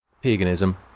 Paganism